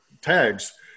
Tags